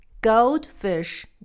Goldfish